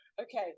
Okay